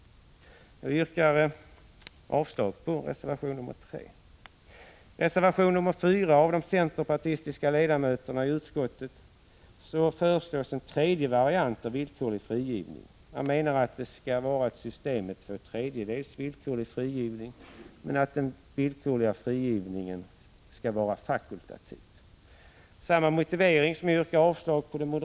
Jag yrkar avslag på reservation 3. I reservation 4 av de centerpartistiska ledamöterna i utskottet föreslås en tredje variant av villkorlig frigivning. Man menar att det skall vara ett system för två tredjedels villkorlig frigivning men att den villkorliga frigivningen skall vara fakultativ. Med samma motivering som jag yrkar avslag på den — Prot.